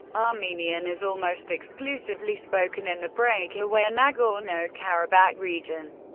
armenian is almost exclusively spoken in the break-away nagorno-karabakh region.